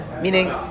Meaning